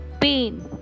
pain